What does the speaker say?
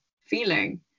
feeling